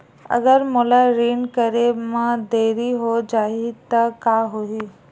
अगर मोला ऋण करे म देरी हो जाहि त का होही?